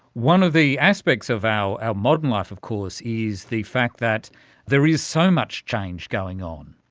one of the aspects of our modern life of course is the fact that there is so much change going on.